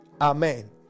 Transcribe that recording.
Amen